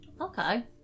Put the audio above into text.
Okay